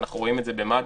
אנחנו רואים את זה במד"א,